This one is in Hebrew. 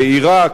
בעירק,